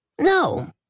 No